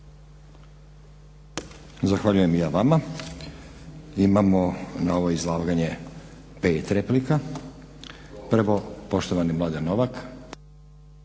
Zahvaljujem i ja vama. Imamo na ovo izlaganje 5 replika. Prvo, poštovani Mladen Novak.